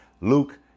Luke